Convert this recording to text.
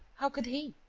how could he?